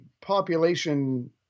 population